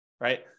right